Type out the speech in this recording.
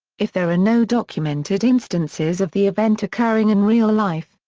if there are no documented instances of the event occurring in real life,